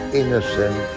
innocent